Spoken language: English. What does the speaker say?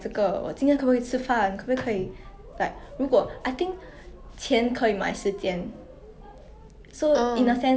orh